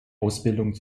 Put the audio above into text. ausbildung